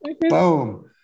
boom